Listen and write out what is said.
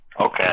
Okay